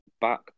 back